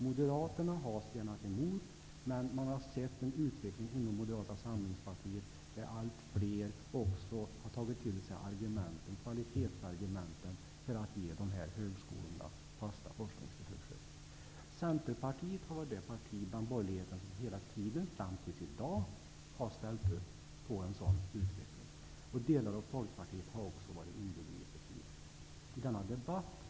Moderaterna har spjärnat emot. Men man har sett en utveckling inom Moderata samlingspartiet, där allt fler också har tagit till sig kvalitetsargumenten för att ge de här högskolorna fasta forskningsresurser. Centerpartiet har varit det parti bland borgerligheten som hela tiden fram till i dag har ställt upp på en sådan utveckling. Delar av Folkpartiet har också varit inbegripet i denna debatt.